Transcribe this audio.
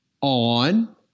on